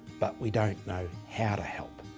but we don't know how to help.